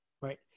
right